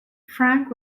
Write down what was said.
frank